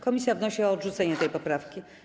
Komisja wnosi o odrzucenie tej poprawki.